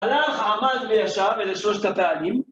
הלך עמד מישר ולשלושת פעמים.